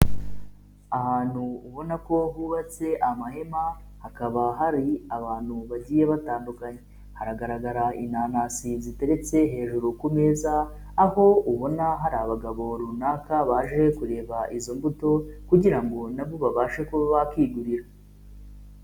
Ahantu ubona ko hubatse amahema hakaba hari abantu bagiye batandukanye, hagaragara inanasi ziteretse hejuru ku meza aho ubona hari abagabo runaka baje kureba izo mbuto kugira nabo babashe kuba bakigurira.